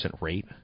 rate